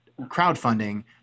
crowdfunding